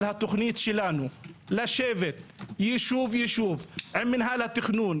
התוכנית שלנו לשבת ישוב-ישוב עם מינהל התכנון,